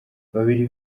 babiri